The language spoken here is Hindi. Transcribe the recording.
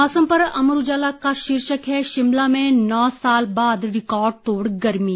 मौसम पर अमर उजाला का शीर्षक है शिमला में नौ साल बाद रिकॉर्डतोड़ गर्मी